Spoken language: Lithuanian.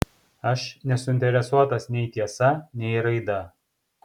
aš nesuinteresuotas nei tiesa nei raida